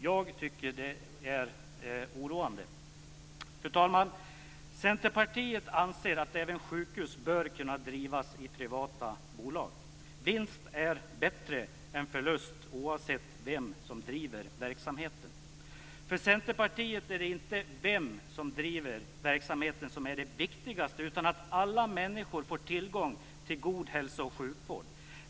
Jag tycker att det är oroande. Fru talman! Centerpartiet anser att även sjukhus bör kunna drivas i privata bolag. Vinst är bättre än förlust oavsett vem som driver verksamheten. För Centerpartiet är det inte vem som driver verksamheten som är det viktigaste, utan att alla människor får tillgång till god hälso och sjukvård.